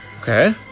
Okay